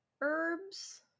herbs